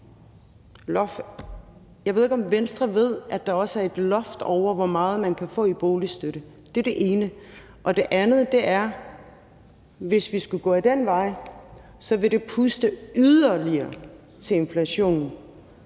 jeg ved ikke, om Venstre ved, at der også er et loft over, hvor meget man kan få i boligstøtte – men hvis vi går den vej, vil det puste yderligere til inflationen.